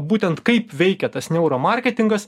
būtent kaip veikia tas neuro marketingas